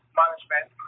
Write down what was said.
management